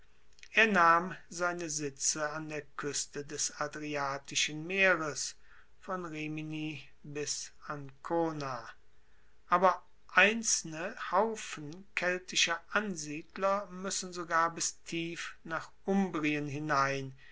er nahm seine sitze an der kueste des adriatischen meeres von rimini bis ancona aber einzelne haufen keltischer ansiedler muessen sogar bis tief nach umbrien hinein